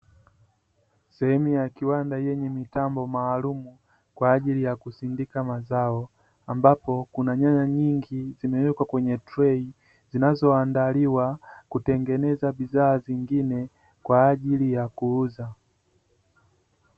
Sehemu ya kiwanda yenye mitambo maalumu kwa ajili ya kusindika mazao, ambapo kuna nyanya nyingi zimewekwa kwenye trei, zinazoandaliwa kutengeneza bidhaa zingine kwa ajili ya kuuza.